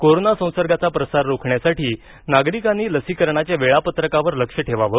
corona संसर्गाचा प्रसार रोखण्यासाठी नागरिकांनी लसीकरणाच्या वेळापत्रकावर लक्ष ठेवावं